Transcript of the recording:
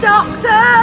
Doctor